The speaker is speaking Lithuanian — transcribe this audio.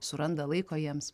suranda laiko jiems